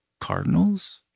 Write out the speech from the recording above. Cardinals